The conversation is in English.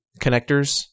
connectors